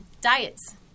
diets